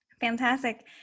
Fantastic